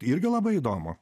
irgi labai įdomu